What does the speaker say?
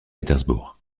pétersbourg